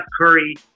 Curry